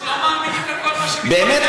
אז לא מאמינים לכל מה שמתפרסם בתקשורת?